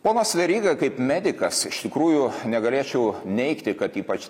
ponas veryga kaip medikas iš tikrųjų negalėčiau neigti kad ypač